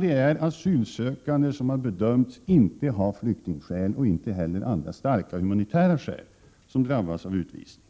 Det är asylsökande som bedöms inte ha flyktingskäl och inte heller andra starka humanitära skäl att anföra som drabbas av utvisning.